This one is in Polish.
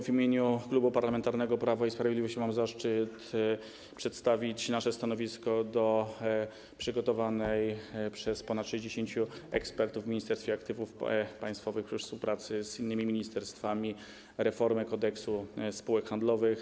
W imieniu Klubu Parlamentarnego Prawo i Sprawiedliwość mam zaszczyt przedstawić nasze stanowisko wobec przygotowanej przez ponad 60 ekspertów w Ministerstwie Aktywów Państwowych przy współpracy z innymi ministerstwami reformy Kodeksu spółek handlowych.